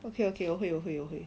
okay okay 我会我会我会